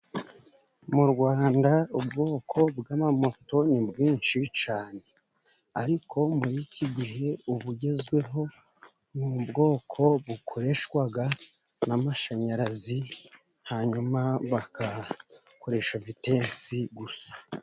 Mu Rwanda ubwoko bw'amamoto ni bwinshi cyane, ariko muri iki gihe ubugezweho n'ubwoko bukoreshwa n'amashanyarazi, hanyuma bagakoresha vitesi gusa.